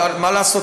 אבל מה לעשות,